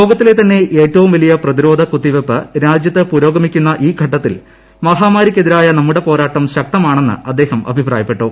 ലോകത്തിലെ തന്നെ ഏറ്റവും വലിയ പ്രതിരോധ കുത്തിവയ്പ് രാജ്യത്ത് പുരോഗമിക്കുന്ന ഈ ഘട്ടത്തിൽ മഹാമാരിക്കെതിരെ നമ്മുടെ പോരാട്ടം ശക്തമാണെന്ന് അദ്ദേഹം അഭിപ്രായപ്പെട്ടു